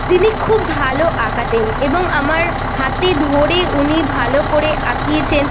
তিনি খুব ভালো আঁকাতেন এবং আমার হাতে ধরে উনি ভালো করে আঁকিয়েছেন